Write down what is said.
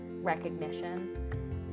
recognition